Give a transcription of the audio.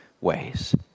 ways